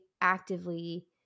actively